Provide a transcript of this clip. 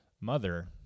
mother